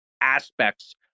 aspects